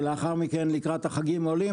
ולאחר מכן לקראת החגים עולים,